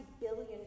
billion